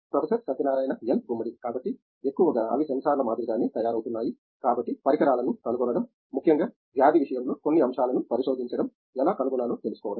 professor Satyanarayana N Gummadi కాబట్టి ఎక్కువగా అవి సెన్సార్ల మాదిరిగానే తయారవుతున్నాయి కాబట్టి పరికరాల ను కనుగొనడం ముఖ్యంగా వ్యాధి విషయంలో కొన్ని అంశాలను పరిశోధించడం ఎలా కనుగొనాలో తెలుసుకోవడం